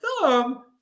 thumb